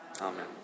Amen